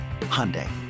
Hyundai